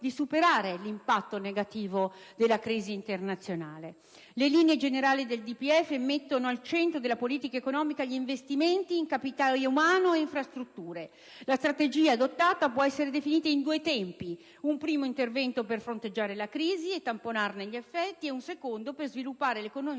di superare l'impatto negativo della crisi internazionale. Le linee generali del DPEF mettono al centro della politica economica gli investimenti in capitale umano e infrastrutture. La strategia adottata può essere definita in due tempi: un primo intervento per fronteggiare la crisi e tamponarne gli effetti e un secondo per sviluppare l'economia